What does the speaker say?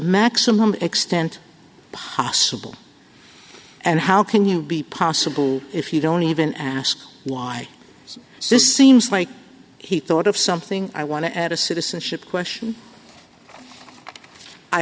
maximum extent possible and how can you be possible if you don't even ask why so this seems like he thought of something i want to add a citizenship question i